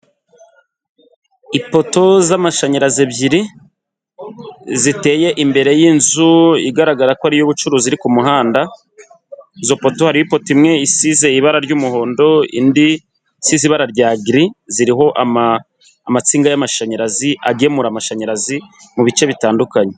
Ipoto z'amashanyarazi ebyiri ziteye imbere y'inzu igaragara ko ari iy'ubucuruzi iri ku muhanda, izo poto hariho ipoto imwe isize ibara ry'umuhondo indi isize ibara rya giri, ziriho amatsinda y'amashanyarazi agemura amashanyarazi mu bice bitandukanye.